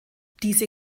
diese